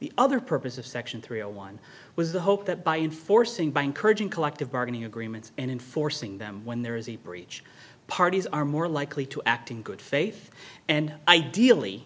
the other purpose of section three a one was the hope that by enforcing by encouraging collective bargaining agreements and enforcing them when there is a breach parties are more likely to act in good faith and ideally